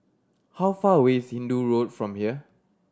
how far away is Hindoo Road from here